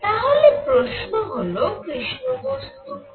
তাহলে প্রশ্ন হল কৃষ্ণ বস্তু কি